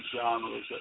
genres